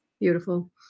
Beautiful